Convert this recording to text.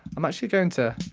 i'm actually going to